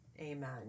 amen